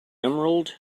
emerald